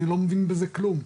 אני לא מבין בזה כלום,